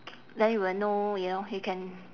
then you will know you know you can